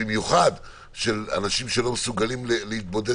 במיוחד של אנשים שלא מסוגלים להתבודד